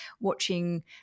watching